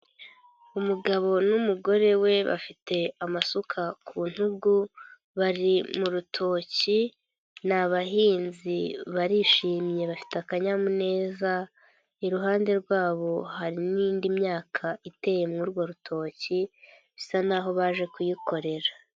Umugabo n'umugore we bafite amasuka ku ntugu, bari mu rutoki, ni abahinzi barishimye bafite akanyamuneza, iruhande rwabo hari n'indi myaka iteye muri urwo rutoki, bisa naho baje kuyikorera.